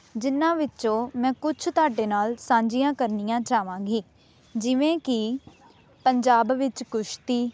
ਜਿਹਨਾਂ ਵਿੱਚੋਂ ਮੈਂ ਕੁਛ ਤੁਹਾਡੇ ਨਾਲ ਸਾਂਝੀਆਂ ਕਰਨੀਆਂ ਚਾਹਵਾਂਗੀ ਜਿਵੇਂ ਕਿ ਪੰਜਾਬ ਵਿੱਚ ਕੁਸ਼ਤੀ